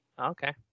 Okay